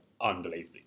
Unbelievably